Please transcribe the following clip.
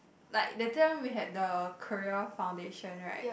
like that time we had the career foundation right